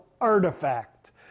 Artifact